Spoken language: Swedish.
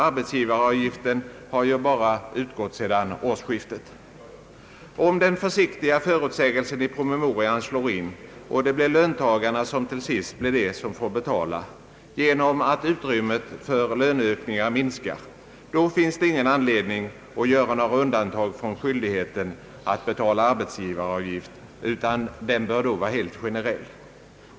Arbetsgivaravgiften har ju bara utgått sedan årsskiftet. Om den försiktiga förutsägelsen i promemorian slår in och det blir löntagarna som till sist blir de som får betala — genom att utrymmet för löneökningar minskar — finns det ingen anledning att göra några undantag från skyldigheten att betala arbetsgivaravgift, utan den bör då vara helt generell.